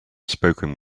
spoken